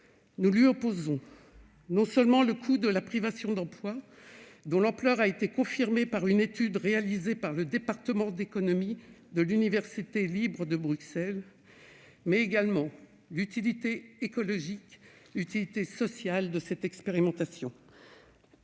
nous opposons non seulement le coût de la privation d'emploi, dont l'ampleur a été confirmée par une étude réalisée par le département d'économie de l'Université libre de Bruxelles, mais également l'utilité écologique et sociale de cette expérimentation.